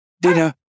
Dinner